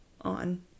on